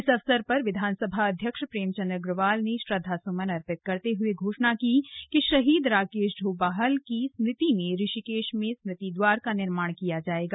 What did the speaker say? इस अवसर पर विधानसभा अध्यक्ष प्रेमचंद अग्रवाल ने श्रद्वासुमन अर्पित करते हुए घोषणा की कि शहीद राकेश डोभाल की स्मृति में ऋषिकेश में स्मृति द्वार का निर्माण किया जाएगा